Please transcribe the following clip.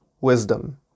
wisdom